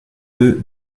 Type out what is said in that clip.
deux